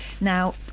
Now